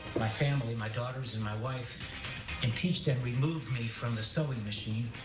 my family, my daughters and my wife impeached and removed me from the sewing machine,